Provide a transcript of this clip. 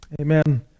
Amen